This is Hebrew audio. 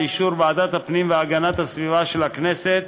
באישור ועדת הפנים והגנת הסביבה של הכנסת,